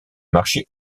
marché